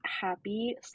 happy